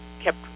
kept